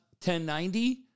1090